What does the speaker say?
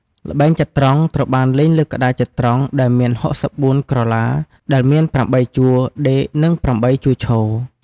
ល្បែងចត្រង្គត្រូវបានលេងលើក្ដារចត្រង្គដែលមាន ៦៤ក្រឡា ដែលមាន ៨ជួរដេក និង ៨ជួរឈរ។